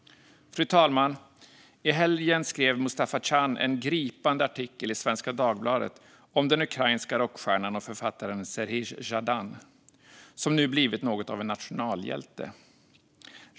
Fru talman! I helgen skrev Mustafa Can en gripande artikel i Svenska Dagbladet om den ukrainske rockstjärnan och författaren Serhij Zjadan, som nu blivit något av en nationalhjälte.